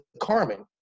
Carmen